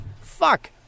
Fuck